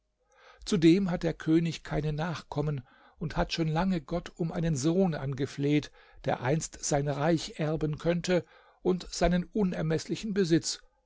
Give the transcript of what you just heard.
zudem hat der könig keine nachkommen und hat schon lange gott um einen sohn angefleht der einst sein reich erben könnte und seinen unermeßlichen besitz